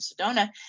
Sedona